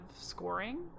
scoring